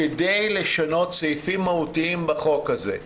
כדי לשנות סעיפים מהותיים בחוק הזה,